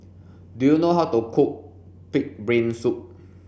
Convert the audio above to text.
do you know how to cook pig's brain soup